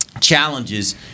challenges